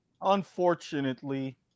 Unfortunately